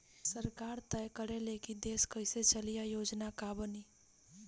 सरकार तय करे ले की देश कइसे चली आ योजना का बनी